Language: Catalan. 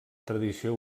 tradició